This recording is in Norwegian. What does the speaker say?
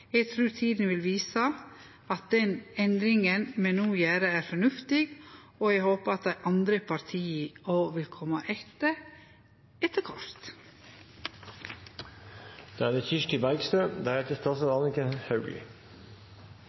Eg trur at tida vil vise at den endringa me no gjer, er fornuftig, og eg håpar at dei andre partia vil kome etter, etter kvart. Det er